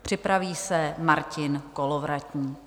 Připraví se Martin Kolovratník.